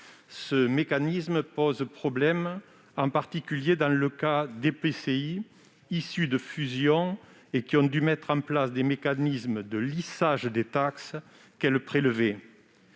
Ce mécanisme pose problème, en particulier dans le cas d'EPCI issus de fusions et qui ont dû mettre en place des mécanismes de lissage des taxes qu'elles prélevaient.